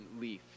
Leaf